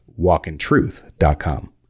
walkintruth.com